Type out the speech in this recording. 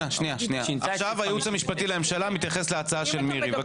עכשיו הייעוץ המשפטי לממשלה מתייחס להצעה של מירי.